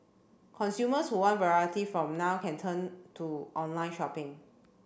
consumers who want variety from now can turn to online shopping